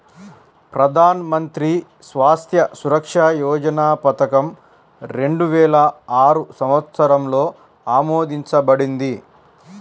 ప్రధాన్ మంత్రి స్వాస్థ్య సురక్ష యోజన పథకం రెండు వేల ఆరు సంవత్సరంలో ఆమోదించబడింది